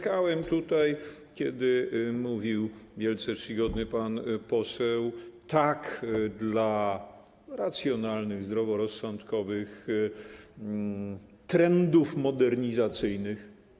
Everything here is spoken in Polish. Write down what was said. Klaskałem tutaj, kiedy mówił wielce czcigodny pan poseł „tak” dla racjonalnych, zdroworozsądkowych trendów modernizacyjnych.